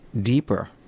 deeper